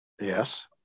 yes